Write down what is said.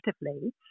effectively